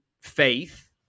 faith